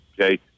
okay